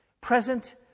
Present